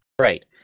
Right